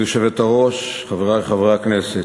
כבוד היושבת-ראש, חברי חברי הכנסת,